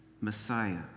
Messiah